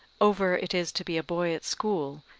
over it is to be a boy at school,